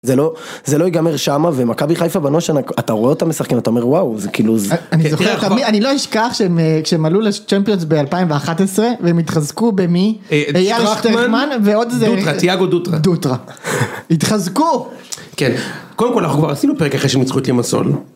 זה לא זה לא ייגמר שמה ומכבי חיפה בנושא אתה רואה אותה משחקים אתה אומר וואו זה כאילו זה, אני זוכר את, אני לא אשכח שהם עלו לצ'מפיונס באלפיים ואחת עשרה והם התחזקו במי? אייל שטכמן ועוד איזה...דוטרה, טיאגו דוטרה. דוטרה. התחזקו! כן קודם כל אנחנו כבר עשינו פרק אחרי שהם ניצחו את לימסול